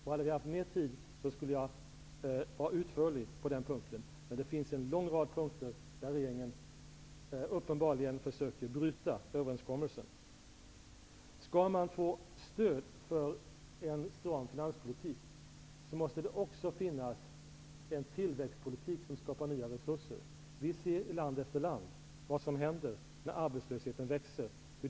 Hade vi haft mer tid till vårt förfogande skulle jag vara mer utförlig på den punkten. Det finns en lång rad punkter där regeringen uppenbarligen försöker bryta överenskommelsen. Skall man få stöd för en stram finanspolitik måste det också finnas en tillväxtpolitik som skapar nya resurser. Vi ser i land efter land vad som händer när arbetslösheten växer.